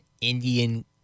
Indian